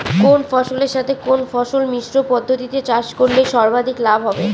কোন ফসলের সাথে কোন ফসল মিশ্র পদ্ধতিতে চাষ করলে সর্বাধিক লাভ হবে?